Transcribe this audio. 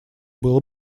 было